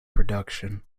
production